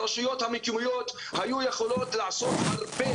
הרשויות המקומיות היו יכולות לעשות הרבה